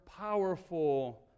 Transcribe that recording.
powerful